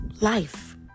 life